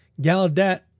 Gallaudet